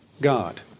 God